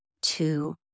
two